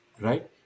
right